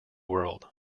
world